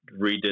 redid